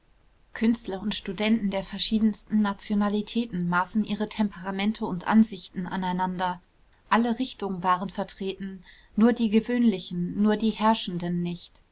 künstler und studenten der verschiedensten nationalitäten maßen ihre temperamente und ansichten aneinander alle richtungen waren vertreten nur die gewöhnlichen nur die herrschenden nicht